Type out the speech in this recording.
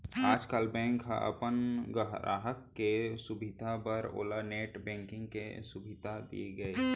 आजकाल बेंक ह अपन गराहक के सुभीता बर ओला नेट बेंकिंग के सुभीता दिये हे